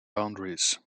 boundaries